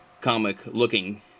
comic-looking